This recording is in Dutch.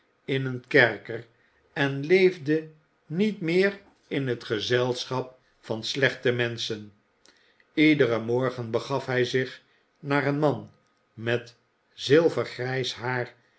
in een kerker en leefde niet meer in het gezelschap van slechte menschen lederen morgen begaf hij zich naar een man met zilvergrijs haar